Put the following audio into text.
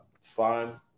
slime